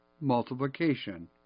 multiplication